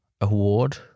award